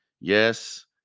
Yes